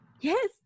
Yes